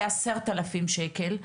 עשרת אלפים שקל.